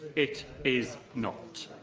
it is not.